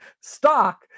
stock